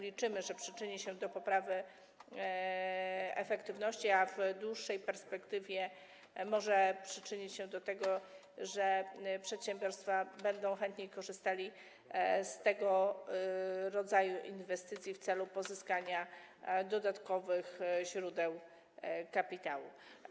Liczymy, że przyczyni się to do poprawy efektywności, a w dłuższej perspektywie może przyczynić się do tego, że przedsiębiorstwa będą chętniej korzystały z tego rodzaju inwestycji w celu pozyskania dodatkowych źródeł kapitału.